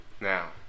now